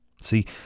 See